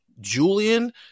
Julian